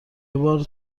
بار